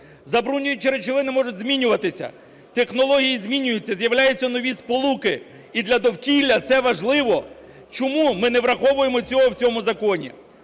Забруднюючі речовини можуть змінюватися, технології змінюються, з'являються нові сполуки. І для довкілля це важливо. Чому ми не враховуємо цього в цьому законі?